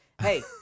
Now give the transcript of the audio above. hey